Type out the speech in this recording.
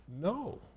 No